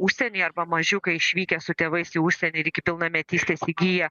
užsieny arba mažiukai išvykę su tėvais į užsienį ir iki pilnametystės įgiję